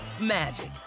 magic